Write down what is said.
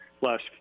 last